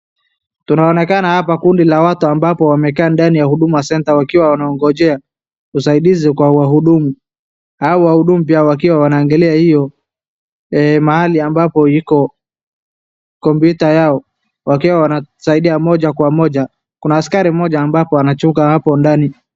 Tunaonekana hapa kundi la watu ambapo wamekaa ndani ya Huduma center wakiwa wanaongojea usaidizi kwa wahudumu, hawa wahudumu pia wakiwa wanaangalia mahali ambapo iko kompyuta yao, wakiwa wanasaidia moja kwa moja kuna askari mmoja ambapo anachunga hapo ndani.